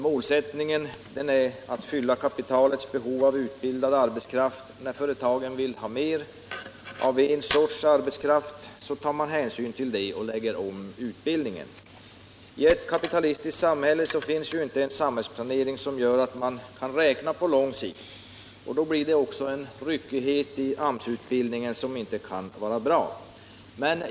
Målsättningen är att fylla kapitalets behov av utbildad arbetskraft. När företagen vill ha mer av en sorts arbetskraft, så tar man hänsyn till det och lägger om utbildningen. I ett kapitalistiskt samhälle finns inte någon planering som gör att man kan räkna på lång sikt. Följden blir en ryckighet i AMS-utbildningen som inte kan vara bra.